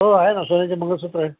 हो आहे ना सोन्याचे मंगलसूत्र आहे